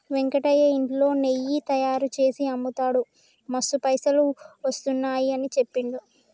వెంకయ్య ఇంట్లో నెయ్యి తయారుచేసి అమ్ముతాడు మస్తు పైసలు వస్తున్నాయని చెప్పిండు